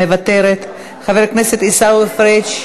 מוותרת, חבר הכנסת עיסאווי פריג'